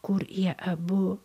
kur jie abu